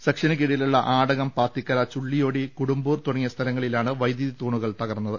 സെക്ഷന് കിഴിലുള്ള ആടകം പാത്തിക്കര ചുള്ളിയോടി കുടുംബൂർ തുടങ്ങിയ സ്ഥലങ്ങളിലാണ് വൈദ്യുതി തൂണുകൾ തകർന്നത്